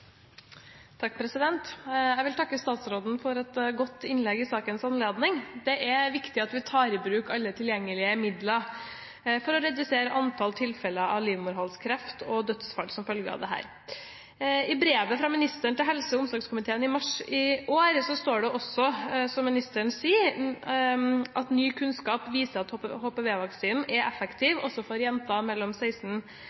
viktig at vi tar i bruk alle tilgjengelige midler for å redusere antall tilfeller av livmorhalskreft og dødsfall som følge av dette. I brevet fra ministeren til helse- og omsorgskomiteen av mars i år står det også, som ministeren sier, at ny kunnskap viser at HPV-vaksinen er effektiv også for jenter mellom 16